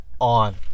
on